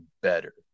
better